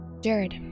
Jared